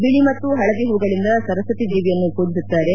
ಬಿಳಿ ಮತ್ತು ಹಳದಿ ಹೂಗಳಿಂದ ಸರಸ್ನತಿ ದೇವಿಯನ್ನು ಪೂಜಿಸುತ್ತಾರೆ